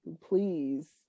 please